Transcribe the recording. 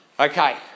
Okay